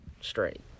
straight